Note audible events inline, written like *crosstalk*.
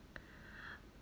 *breath*